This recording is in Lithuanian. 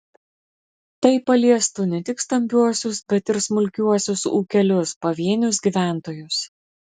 tai paliestų ne tik stambiuosius bet ir smulkiuosius ūkelius pavienius gyventojus